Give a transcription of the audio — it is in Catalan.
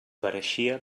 pareixia